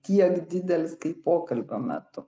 tiek didelis kaip pokalbio metu